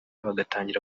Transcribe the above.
bagatangira